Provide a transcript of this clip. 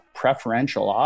preferential